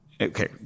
okay